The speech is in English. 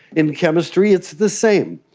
in chemistry it's the same.